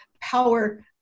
power